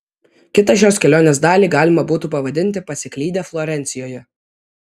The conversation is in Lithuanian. kitą šios kelionės dalį galima būtų pavadinti pasiklydę florencijoje